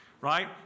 right